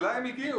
אולי הם הגיעו.